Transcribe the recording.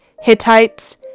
Hittites